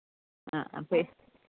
ആ ആ അപ്പോൾ